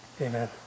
Amen